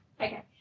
Okay